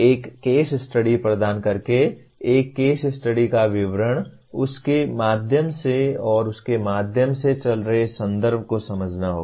एक case study प्रदान करके एक केस स्टडी का विवरण और उसके माध्यम से और उसके माध्यम से चल रहे संदर्भ को समझना होगा